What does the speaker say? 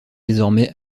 désormais